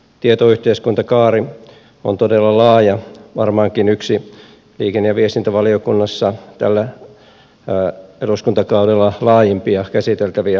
tietoyhteiskuntakaari on todella laaja varmaankin yksi laajimpia liikenne ja viestintävaliokunnassa tällä eduskuntakaudella käsiteltäviä asioita